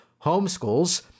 homeschools